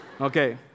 Okay